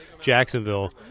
Jacksonville